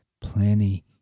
plenty